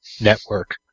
network